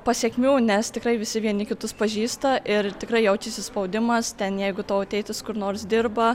pasekmių nes tikrai visi vieni kitus pažįsta ir tikrai jaučiasi spaudimas ten jeigu tavo tėtis kur nors dirba